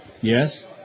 Yes